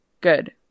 good